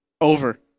Over